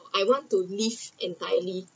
uh I want to leave entirely